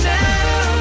now